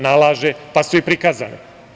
Nalaže, pa su i prikazani.